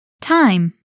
Time